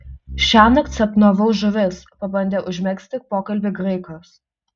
šiąnakt sapnavau žuvis pabandė užmegzti pokalbį graikas